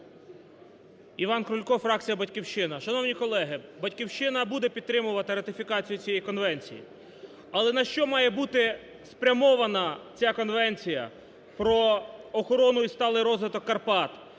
Іван Крулько, фракція "Батьківщина". Шановні колеги, "Батьківщина" буде підтримувати ратифікацію цієї конвенції, але на що має бути спрямована ця конвенція про охорону і сталий розвиток Карпат,